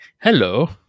Hello